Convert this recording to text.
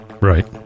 Right